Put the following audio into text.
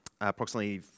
approximately